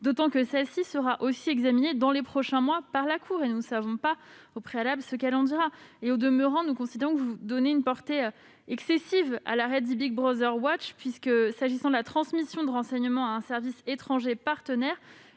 d'autant que celui-ci sera également examiné dans les prochains mois par la Cour ; nous ne savons pas, au préalable, ce qu'elle en dira. Au demeurant, nous considérons que vous donnez une portée excessive à l'arrêt. Pour ce qui est de la transmission de renseignements à un service étranger partenaire,